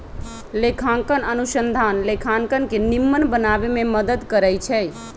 लेखांकन अनुसंधान लेखांकन के निम्मन बनाबे में मदद करइ छै